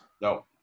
No